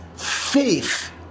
faith